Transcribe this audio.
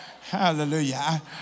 Hallelujah